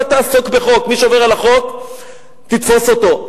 אתה תעסוק בחוק, מי שעובר על החוק תתפוס אותו.